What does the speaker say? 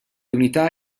unità